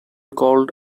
called